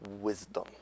Wisdom